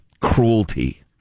cruelty